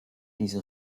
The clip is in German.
diese